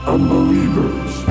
Unbelievers